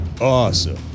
awesome